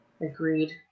Agreed